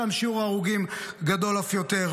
שם שיעור ההרוגים גדול אף יותר,